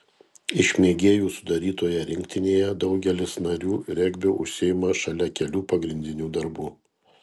iš mėgėjų sudarytoje rinktinėje daugelis narių regbiu užsiima šalia kelių pagrindinių darbų